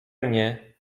mnie